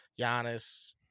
Giannis